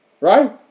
right